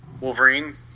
Wolverine